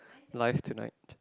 life tonight